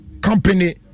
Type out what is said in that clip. Company